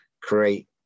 create